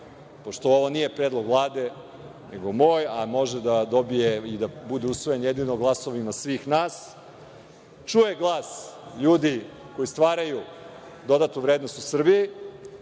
pošto ovo nije predlog Vlade nego moj, a može da dobije i da bude usvojen jedino glasovima svih nas, čuje glas ljudi koji stvaraju dodatu vrednost u Srbiji